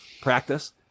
practice